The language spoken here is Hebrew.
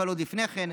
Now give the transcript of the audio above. אבל עוד לפני כן,